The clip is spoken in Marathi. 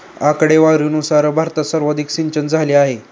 आकडेवारीनुसार भारतात सर्वाधिक सिंचनझाले आहे